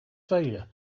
failure